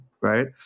Right